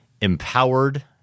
empowered